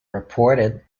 reported